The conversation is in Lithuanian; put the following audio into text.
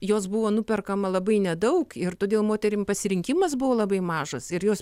jos buvo nuperkama labai nedaug ir todėl moterim pasirinkimas buvo labai mažas ir jos